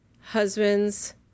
husband's